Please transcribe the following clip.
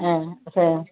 ம் சே